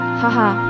haha